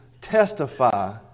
testify